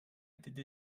étaient